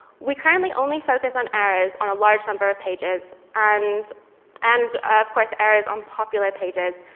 we currently only focus on errors on a large number of pages, and and of course, errors on popular pages,